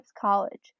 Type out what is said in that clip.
College